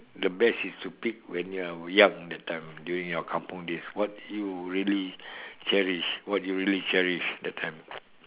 the best is to pick when you are young that time during your kampung days what you really cherish what you really cherish that time